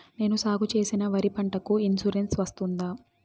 నేను సాగు చేసిన వరి పంటకు ఇన్సూరెన్సు వస్తుందా?